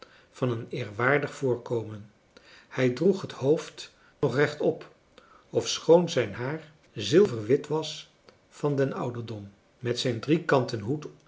van een eerwaardig voorkomen hij droeg het hoofd nog rechtop ofschoon zijn haar zilverwit was van den ouderdom met zijn driekanten hoed